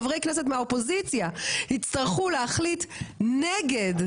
חברי כנסת מהאופוזיציה יצטרכו להחליט נגד,